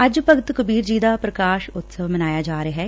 ਅੱਜ ਭਗਤ ਕਬੀਰ ਜੀ ਦਾ ਪ੍ਰਕਾਸ਼ ਉਤਸਵ ਮਨਾਇਆ ਜਾ ਰਿਹੈ